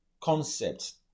concepts